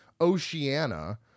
Oceania